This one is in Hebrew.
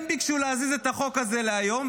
הם ביקשו להזיז את החוק הזה להיום,